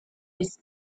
was